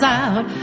out